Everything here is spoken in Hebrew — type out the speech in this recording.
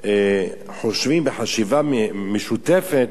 חושבים בחשיבה משותפת,